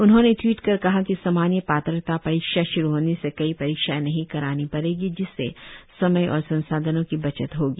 उन्होंने ट्वीट कर कहा है कि सामान्य पात्रता परीक्षा श्रू होने से कई परीक्षाएं नहीं करानी पडेंगी जिससे समय और संसाधनों की बचत होगी